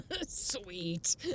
Sweet